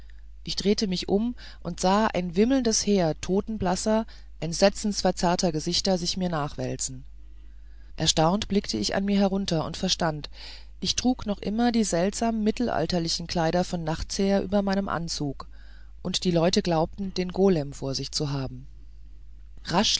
ich drehte mich um und sah ein wimmelndes heer totenblasser entsetzenverzerrter gesichter sich mir nachwälzen erstaunt blickte ich an mir herunter und verstand ich trug noch immer die seltsam mittelalterlichen kleider von nachts her über meinem anzug und die leute glaubten den golem vor sich zu haben